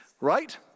Right